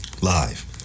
Live